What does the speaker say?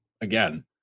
again